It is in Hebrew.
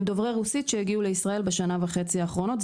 דוברי רוסית שהגיעו לישראל בשנה וחצי האחרונות,